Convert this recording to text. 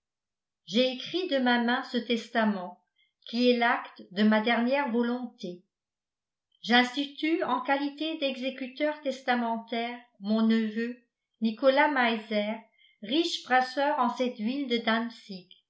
j'ai écrit de ma main ce testament qui est l'acte de ma dernière volonté j'institue en qualité d'exécuteur testamentaire mon neveu nicolas meiser riche brasseur en cette ville de